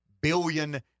billion